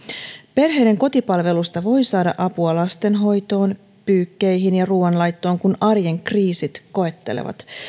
perheiden kotipalvelusta voi saada apua lastenhoitoon pyykkeihin ja ruuanlaittoon kun arjen kriisit koettelevat